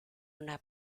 una